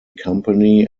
company